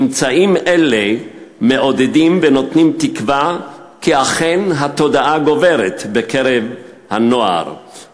ממצאים אלה מעודדים ונותנים תקווה כי אכן התודעה גוברת בקרב הנוער,